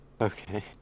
Okay